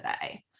today